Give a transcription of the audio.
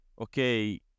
okay